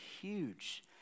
huge